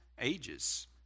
ages